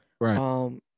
Right